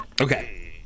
Okay